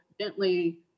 gently